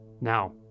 Now